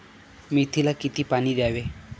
मेथीला किती पाणी द्यावे?